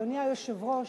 אדוני היושב-ראש,